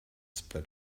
spread